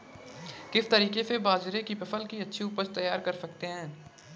किस तरीके से बाजरे की फसल की अच्छी उपज तैयार कर सकते हैं?